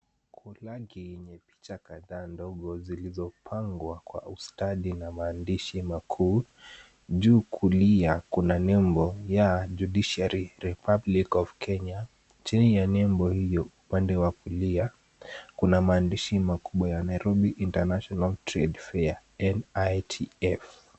Huku ndani ni picha kadhaa ndogo zilizopangwa kwa ustadi na maandishi makuu. Juu kulia kuna nembo ya Judiciary Republic of Kenya . Chini ya nembo hiyo upande wa kulia kuna maandishi makubwa ya Nairobi International Trade Fair NITF .